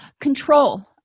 Control